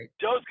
Joe's